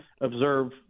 observe